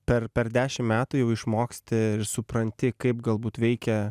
per per dešim metų jau išmoksti ir supranti kaip galbūt veikia